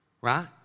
right